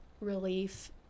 relief